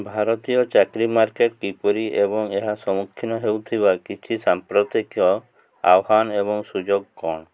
ଭାରତୀୟ ଚାକିରି ମାର୍କେଟ୍ କିପରି ଏବଂ ଏହା ସମ୍ମୁଖୀନ ହେଉଥିବା କିଛି ସାମ୍ପ୍ରତିକ ଆହ୍ୱାନ ଏବଂ ସୁଯୋଗ କ'ଣ